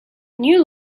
new